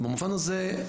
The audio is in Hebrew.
במובן הזה,